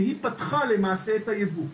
שהיא פתחה למעשה את הייבוא.